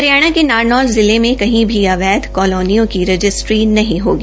हरियाणा के नौरनौल जिले में कही भी अवैध कालोनियों की रजिस्ट्री नहीं होगी